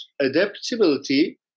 adaptability